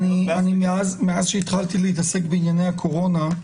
מאז התחלתי להתעסק בענייני הקורונה,